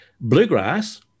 Bluegrass